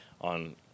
on